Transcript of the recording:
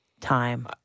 time